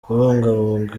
kubungabunga